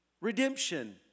redemption